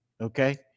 Okay